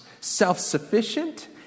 self-sufficient